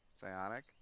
Psionic